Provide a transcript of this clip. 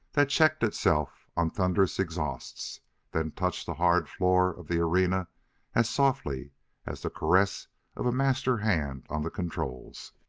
that checked itself on thunderous exhausts then touched the hard floor of the arena as softly as the caress of a master hand on the controls.